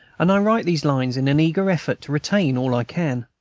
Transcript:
and i write these lines in an eager effort to retain all i can.